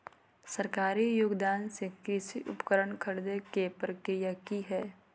सरकारी योगदान से कृषि उपकरण खरीदे के प्रक्रिया की हय?